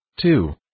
Two